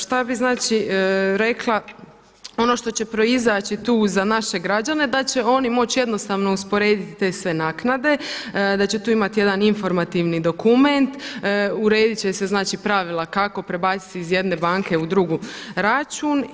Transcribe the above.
Šta bi znači rekla, ono što će proizaći tu za naše građane da će oni moći jednostavno usporediti te sve naknade, da će tu imati jedan informativni dokument, urediti će se znači pravila kako prebaciti iz jedne banke u drugu račun.